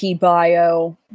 Bio